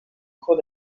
cours